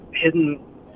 hidden